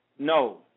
No